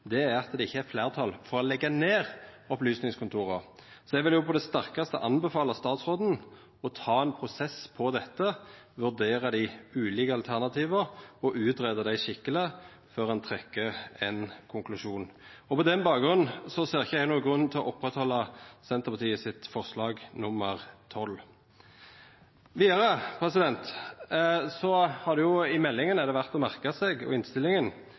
sikkert, er at det ikkje er fleirtal for å leggja ned opplysningskontor. Så eg vil på det sterkaste anbefala statsråden å ta ein prosess på dette, vurdera dei ulike alternativa og greia dei ut skikkeleg før han trekkjer ein konklusjon. På den bakgrunnen ser eg ikkje nokon grunn til å halda fast på forslag nr. 12, frå Senterpartiet. Vidare er det verdt å merka seg, i meldinga og i innstillinga,